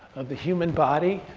of the human body